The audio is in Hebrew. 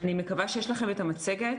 אני מקווה שיש לכם את המצגת.